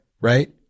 right